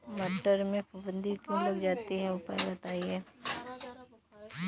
मटर में फफूंदी क्यो लग जाती है उपाय बताएं?